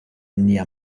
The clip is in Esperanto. nia